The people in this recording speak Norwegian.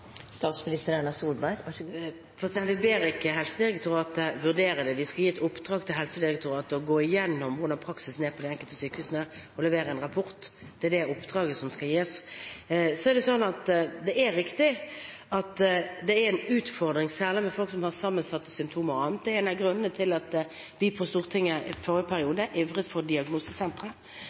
Vi ber ikke Helsedirektoratet vurdere det. Vi skal gi et oppdrag til Helsedirektoratet om å gå gjennom hvordan praksisen er på de enkelte sykehusene, og levere en rapport. Det er det oppdraget som skal gis. Så er det riktig at det er en utfordring særlig med folk som har sammensatte symptomer og annet. Det er en av grunnene til at vi på Stortinget i forrige periode ivret for diagnosesentre,